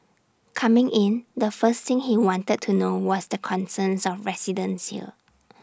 coming in the first thing he wanted to know was the concerns of residents here